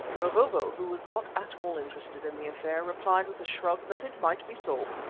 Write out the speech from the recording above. mavovo, who was not at all interested in the affair, replied with a shrug that it might be so,